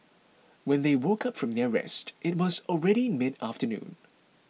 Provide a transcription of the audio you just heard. when they woke up from their rest it was already mid afternoon